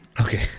Okay